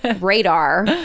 radar